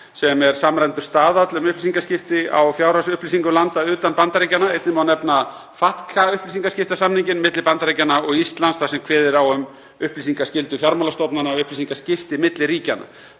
sem er samræmdur staðall um upplýsingaskipti á fjárhagsupplýsingum landa utan Bandaríkjanna. Einnig má nefna FATCA upplýsingaskiptasamninginn milli Bandaríkjanna og Íslands, þar sem kveðið er á um upplýsingaskyldu fjármálastofnana og upplýsingaskipti milli ríkjanna.